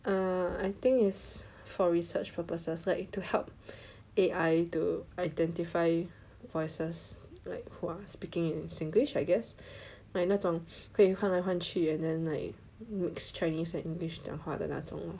err I think is for research purposes like to help A_I to identify voices like who are speaking in Singlish I guess like 那种可以换来换去 and then like mix Chinese and English 讲话的那种